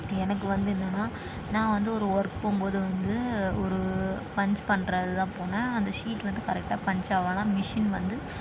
எனக்கு வந்து என்னென்னால் நான் வந்து ஒரு ஒர்க் போகும்போது வந்து ஒரு பன்ச் பண்ணுறது தான் போனேன் அந்த ஷீட்டு வந்து கரெக்டாக பன்ச் ஆகலனா மிஷின் வந்து